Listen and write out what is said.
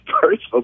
personal